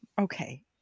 Okay